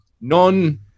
non